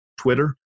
Twitter